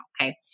okay